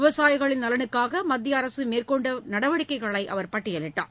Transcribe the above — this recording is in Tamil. விவசாயிகளின் நலனுக்காக மத்திய அரசு மேற்கொண்ட நடவடிக்கைகளை அவர் பட்டியலிட்டார்